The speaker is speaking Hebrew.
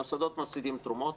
המוסדות מפסידים תרומות,